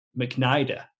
mcnider